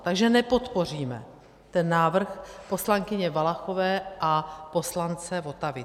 Takže nepodpoříme ten návrh poslankyně Valachové a poslance Votavy.